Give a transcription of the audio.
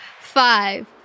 Five